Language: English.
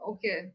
Okay